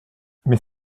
mais